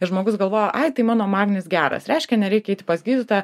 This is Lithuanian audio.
ir žmogus galvoja ai tai mano magnis geras reiškia nereikia eiti pas gydytoją